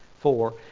four